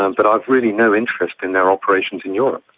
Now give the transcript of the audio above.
um but i've really no interest in their operations in europe,